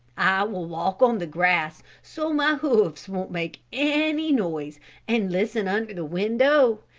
will walk on the grass so my hoofs won't make any noise and listen under the window,